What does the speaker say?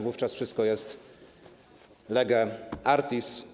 Wówczas wszystko jest lege artis.